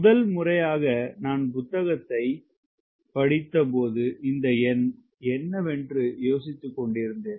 முதல் முறையாக நான் புத்தகத்தைப் படித்தபோது இந்த எண் என்ன என்று யோசித்துக்கொண்டிருந்தேன்